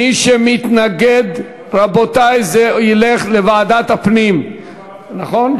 מי שמתנגד, רבותי, זה ילך לוועדת הפנים, נכון?